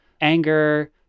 anger